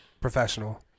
professional